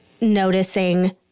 noticing